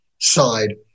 side